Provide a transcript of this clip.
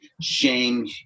shame